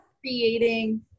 creating